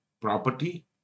property